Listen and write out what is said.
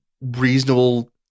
reasonable